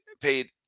paid